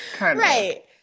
right